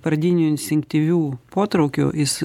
pradinių instinktyvių potraukių jis